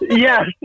yes